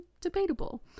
debatable